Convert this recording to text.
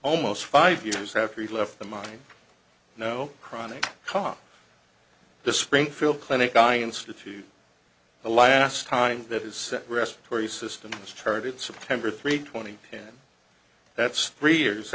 almost five years after he left the money no chronic cough the springfield clinic i instituted the last time that is set respiratory systems charted september three twenty in that's three years